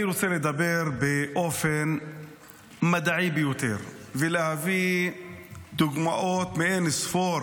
אני רוצה לדבר באופן מדעי ביותר ולהביא דוגמאות מאין-ספור